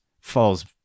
falls